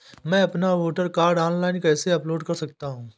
मैं अपना voter card online कैसे अपलोड कर सकता हूँ?